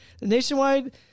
nationwide